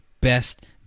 best